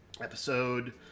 Episode